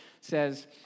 says